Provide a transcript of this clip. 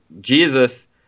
Jesus